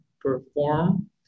perform